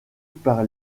par